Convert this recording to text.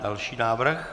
Další návrh.